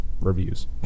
reviews